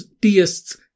deists